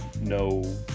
no